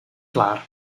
klaar